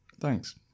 Thanks